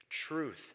Truth